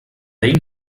ell